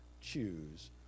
choose